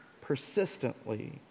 persistently